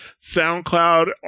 SoundCloud